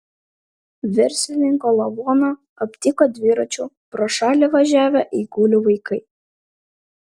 verslininko lavoną aptiko dviračiu pro šalį važiavę eigulio vaikai